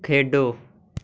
ਖੇਡੋ